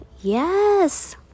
Yes